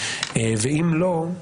ואם לא,